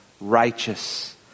Righteous